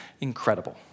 incredible